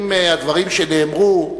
אם הדברים שנאמרו,